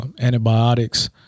antibiotics